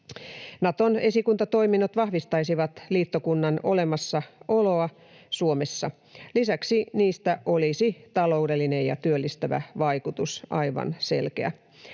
Naton esikuntatoiminnot vahvistaisivat liittokunnan olemassaoloa Suomessa. Lisäksi niistä olisi aivan selkeä taloudellinen ja työllistävä vaikutus. Suomi ei